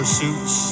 suits